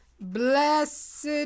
Blessed